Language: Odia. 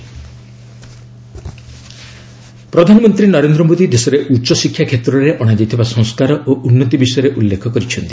ପିଏମ୍ ଏଜୁକେଶନ ପଲିସି ପ୍ରଧାନମନ୍ତ୍ରୀ ନରେନ୍ଦ୍ର ମୋଦୀ ଦେଶରେ ଉଚ୍ଚଶିକ୍ଷା କ୍ଷେତ୍ରରେ ଅଣାଯାଇଥିବା ସଂସ୍କାର ଓ ଉନ୍ନତି ବିଷୟରେ ଉଲ୍ଲେଖ କରିଛନ୍ତି